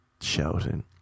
shouting